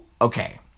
okay